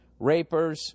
rapers